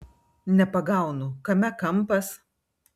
nepagaunu kame kampas